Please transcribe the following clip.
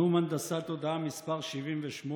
נאום הנדסת תודעה מס' 78,